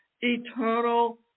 Eternal